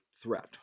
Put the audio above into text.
threat